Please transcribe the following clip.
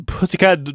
Pussycat